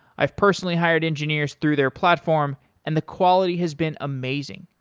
i've personally hired engineers through their platform and the quality has been amazing.